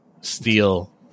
steal